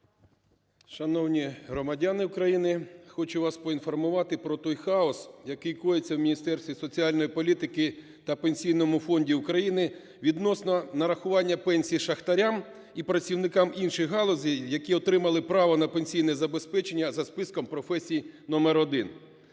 Шановні громадяни України! Хочу вас поінформувати про той хаос, який коїться у Міністерстві соціальної політики та Пенсійному фонді України відносно нарахування пенсій шахтарям і працівникам інших галузей, які отримали право на пенсійне забезпечення за списком професій номер один.